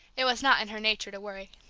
it was not in her nature to worry.